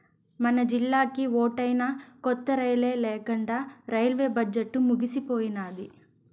మనజిల్లాకి ఓటైనా కొత్త రైలే లేకండా రైల్వే బడ్జెట్లు ముగిసిపోయినాది